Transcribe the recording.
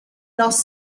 loss